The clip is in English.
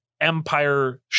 empire